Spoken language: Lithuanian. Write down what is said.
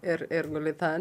ir ir guli ten